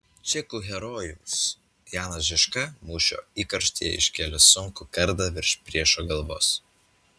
čekų herojus janas žižka mūšio įkarštyje iškėlė sunkų kardą virš priešo galvos